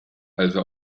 also